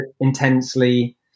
intensely